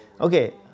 Okay